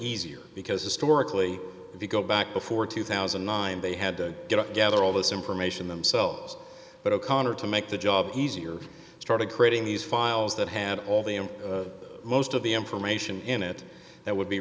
easier because historically if you go back before two thousand and nine they had to get together all this information themselves but o'connor to make the job easier started creating these files that had all the and most of the information in it that would be